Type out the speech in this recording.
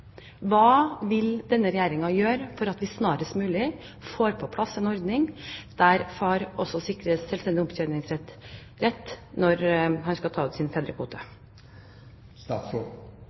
Hva vil denne regjeringen gjøre for at vi snarest mulig får på plass en ordning der far også sikres selvstendig opptjeningsrett når han skal ta ut sin fedrekvote?